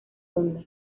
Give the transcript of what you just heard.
honda